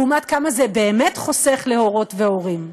לעומת כמה זה באמת חוסך להורות והורים?